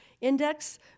index